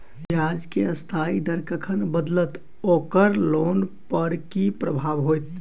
ब्याज केँ अस्थायी दर कखन बदलत ओकर लोन पर की प्रभाव होइत?